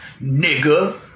nigga